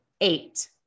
eight